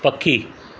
पखी